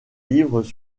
livres